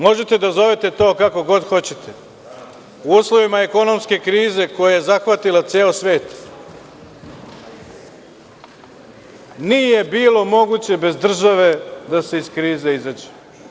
Možete da zovete to kako god hoćete, u uslovima ekonomske krize koja je zahvatila ceo svet nije bilo moguće bez države da se iz krize izađe.